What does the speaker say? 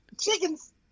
Chickens